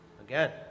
again